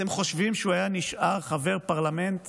אתם חושבים שהוא היה נשאר חבר פרלמנט